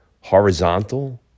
horizontal